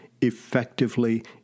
effectively